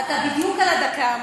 אבל אתה בדיוק על הדקה מסיים.